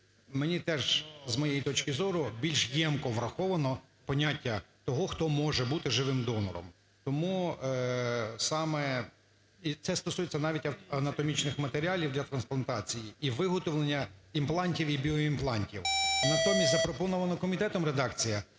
мені теж, з моєї точки зору, більш ємко враховано поняття того, хто може бути живим донором. Тому саме і це стосується навіть анатомічних матеріалів для трансплантації і виготовлення імплантів і біоімплантів. Натомість, запропонована комітетом редакція,